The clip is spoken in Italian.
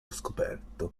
scoperto